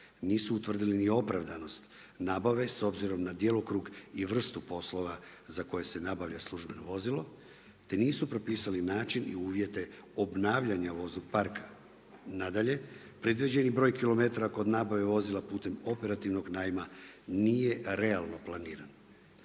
nisu utvrdili ni opravdanost nabave s obzirom na djelokrug i vrstu poslova za koje se nabavlja službeno vozilo, te nisu propisali način i uvjete obnavljanja voznog parka. Nadalje, predviđeni broj kilometara kod nabave vozila putem operativnog najma nije realno planiran.